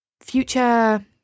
future